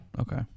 Okay